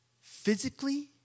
physically